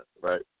right